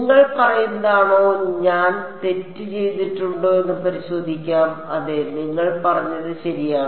നിങ്ങൾ പറയുന്നതാണോ ഞാൻ തെറ്റ് ചെയ്തിട്ടുണ്ടോ എന്ന് പരിശോധിക്കാം അതെ നിങ്ങൾ പറഞ്ഞത് ശരിയാണ്